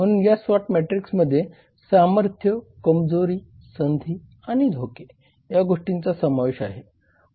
म्हणून या स्वॉट मॅट्रिक्समध्ये सामर्थ्य कमजोरी संधी आणि धोके या गोष्टींचा समावेश आहे